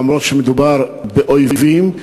אף שמדובר באויבים,